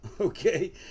Okay